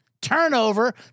Turnover